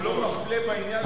הוא לא מפלה בעניין הזה,